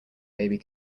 baby